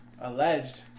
Alleged